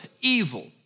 evil